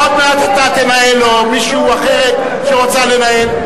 עוד מעט אתה תנהל, או מישהי אחרת שרוצה לנהל.